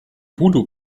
voodoo